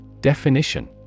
Definition